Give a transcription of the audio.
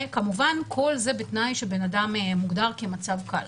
וכמובן, כל זה בתנאי שבן אדם מוגדר כמצב קל.